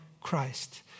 Christ